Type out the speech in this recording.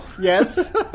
Yes